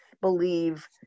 believe